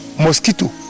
Mosquito